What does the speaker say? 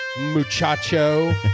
muchacho